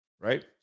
right